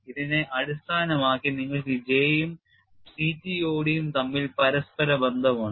ഇതിനെ അടിസ്ഥാനമാക്കി നിങ്ങൾക്ക് J യും CTOD യും തമ്മിൽ പരസ്പര ബന്ധമുണ്ട്